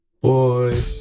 Boy